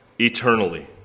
eternally